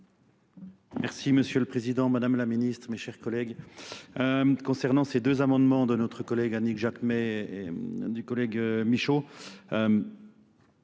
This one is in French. Merci Monsieur le Président, Madame la Ministre, mes chers collègues. Concernant ces deux amendements de notre collègue Annick Jacquemet et du collègue Michaud,